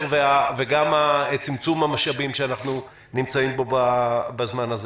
וגם צמצום המשאבים שאנחנו נמצאים בו בזמן הזה?